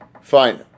Fine